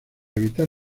evitar